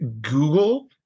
Google